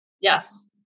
Yes